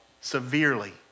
severely